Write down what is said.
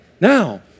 Now